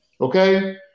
okay